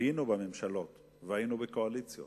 היינו בממשלות והיינו בקואליציות